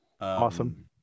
Awesome